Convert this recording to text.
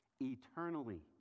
eternally